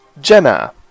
Jenna